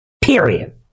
Period